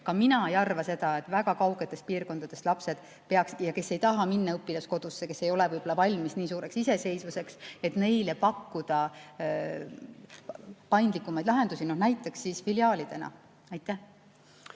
ka mina arvan, et väga kaugetest piirkondadest lastele, kes ei taha minna õpilaskodusse, kes ei ole võib-olla valmis nii suureks iseseisvuseks, [tuleks] pakkuda paindlikumaid lahendusi, näiteks filiaalidena. Aitäh!